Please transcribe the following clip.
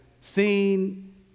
seen